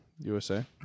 USA